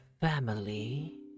family